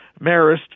Marist